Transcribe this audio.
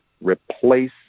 replace